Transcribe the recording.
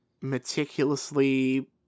meticulously